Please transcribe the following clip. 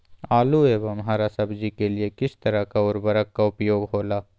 आलू एवं हरा सब्जी के लिए किस तरह का उर्वरक का उपयोग होला?